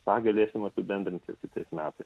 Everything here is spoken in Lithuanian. tą galėsim apibendrint jau kitais metais